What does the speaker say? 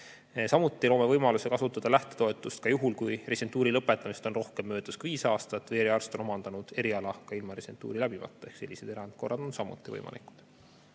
Samuti loome võimaluse kasutada lähtetoetust ka juhul, kui residentuuri lõpetamisest on möödas rohkem kui viis aastat või eriarst on omandanud eriala ilma residentuuri läbimata, sest sellised erandolukorrad on samuti võimalikud.